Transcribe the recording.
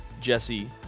Jesse